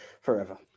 Forever